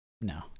no